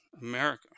America